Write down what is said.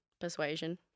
persuasion